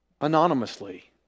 anonymously